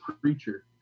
preacher